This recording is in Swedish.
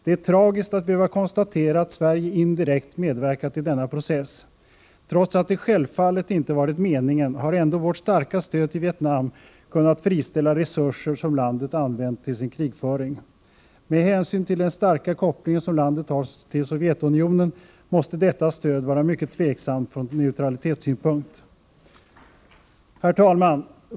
Det är tragiskt att behöva konstatera att Sverige indirekt medverkat i denna process. Trots att det självfallet inte varit meningen har ändå vårt starka stöd till Vietnam kunnat friställa resurser som landet använt till sin krigföring. Med hänsyn till den starka kopplingen som landet har till Sovjetunionen måste detta stöd vara mycket tveksamt ur neutralitetssynpunkt. Herr talman!